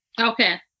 Okay